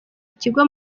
ikigo